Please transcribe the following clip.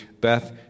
Beth